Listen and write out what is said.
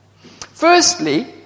Firstly